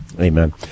Amen